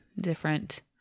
different